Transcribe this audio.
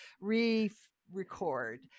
re-record